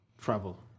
travel